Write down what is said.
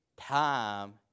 Time